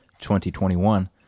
2021